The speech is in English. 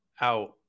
out